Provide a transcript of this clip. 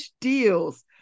deals